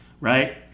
right